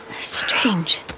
Strange